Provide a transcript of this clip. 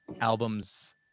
Albums